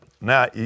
Now